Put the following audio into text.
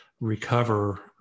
recover